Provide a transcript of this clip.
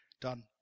done